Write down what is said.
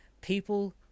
people